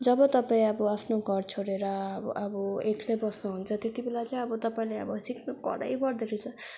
जब तपाईँ अब आफ्नो घर छोडेर अब एक्लै बस्नुहुन्छ त्यति बेला चाहिँ अब तपाईँले अब सिक्नु करै पर्दो रहेछ